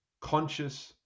conscious